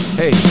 hey